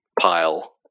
pile